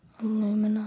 aluminum